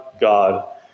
God